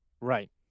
Right